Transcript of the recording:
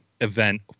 event